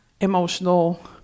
emotional